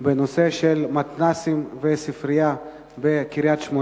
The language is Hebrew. בנושא של מתנ"סים וספרייה בקריית-שמונה.